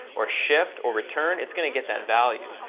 or shift, or return, it's going to get that value.